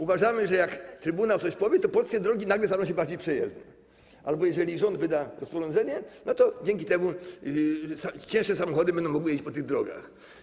Uważamy, że jak Trybunał coś powie, to polskie drogi nagle staną się bardziej przejezdne albo jeżeli rząd wyda rozporządzenie, to cięższe samochody będą mogły jeździć po tych drogach.